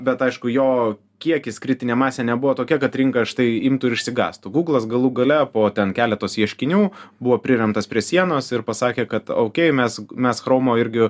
bet aišku jo kiekis kritinė masė nebuvo tokia kad rinka štai imtų ir išsigąstų gūglas galų gale po ten keletos ieškinių buvo priremtas prie sienos ir pasakė kad oukei mes mes chromo irgi